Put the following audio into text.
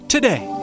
Today